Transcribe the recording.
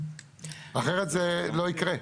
אחרת זה לא יקרה.